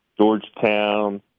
Georgetown